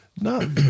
No